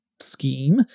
scheme